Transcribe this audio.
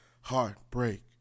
Heartbreak